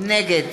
נגד